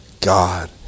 God